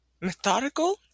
methodical